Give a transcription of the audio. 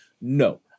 No